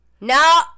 No